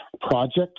project